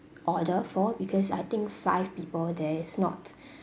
order for because I think five people there is not